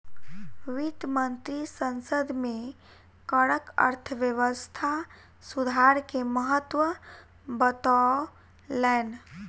वित्त मंत्री संसद में करक अर्थव्यवस्था सुधार के महत्त्व बतौलैन